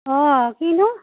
অঁ কিনো